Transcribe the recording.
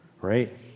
right